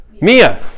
Mia